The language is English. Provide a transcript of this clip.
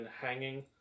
hanging